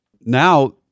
Now